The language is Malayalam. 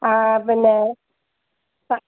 ആ പിന്നേ ആ